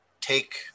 take